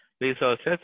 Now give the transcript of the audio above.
resources